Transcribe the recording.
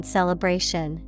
Celebration